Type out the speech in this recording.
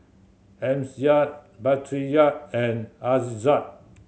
Amsyar Batrisya and Aizat